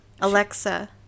Alexa